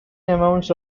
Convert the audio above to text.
amounts